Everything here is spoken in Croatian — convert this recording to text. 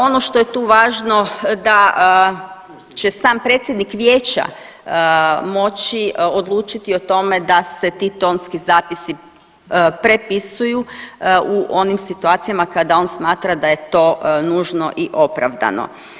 Ono što je tu važno da će sam predsjednik vijeća moći odlučiti o tome da se ti tonski zapisi prepisuju u onim situacijama kada on smatra da je to nužno i opravdano.